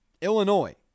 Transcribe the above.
Illinois